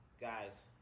Guys